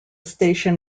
station